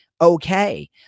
Okay